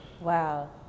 Wow